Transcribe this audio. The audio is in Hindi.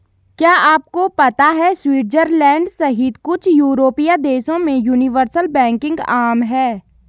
क्या आपको पता है स्विट्जरलैंड सहित कुछ यूरोपीय देशों में यूनिवर्सल बैंकिंग आम है?